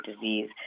disease